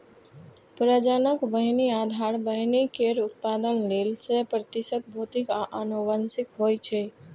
प्रजनक बीहनि आधार बीहनि केर उत्पादन लेल सय प्रतिशत भौतिक आ आनुवंशिक होइ छै